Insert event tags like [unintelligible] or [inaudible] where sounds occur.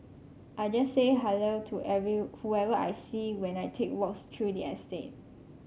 I just say hello to [unintelligible] whoever I see when I take walks through the estate